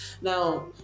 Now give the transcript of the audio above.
Now